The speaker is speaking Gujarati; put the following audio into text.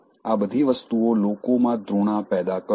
આ બધી વસ્તુઓ લોકોમાં ધૃણા પેદા કરશે